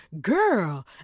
girl